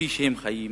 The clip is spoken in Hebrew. כפי שהם חיים,